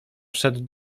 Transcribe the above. wszedł